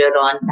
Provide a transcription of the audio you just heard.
on